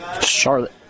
Charlotte